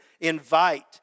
Invite